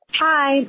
hi